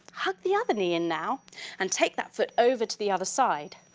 hug the other knee in now and take that foot over to the other side.